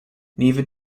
neither